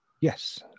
yes